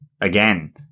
again